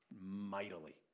mightily